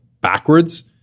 backwards